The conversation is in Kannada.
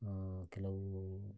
ಕೆಲವೂ